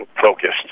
focused